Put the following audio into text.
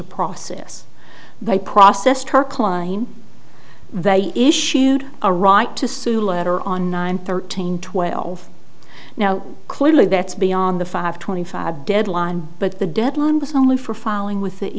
to process they processed her client they issued a right to sue letter on nine thirteen twelve now clearly that's beyond the five twenty five deadline but the deadline was only for filing with the